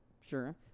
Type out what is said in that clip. sure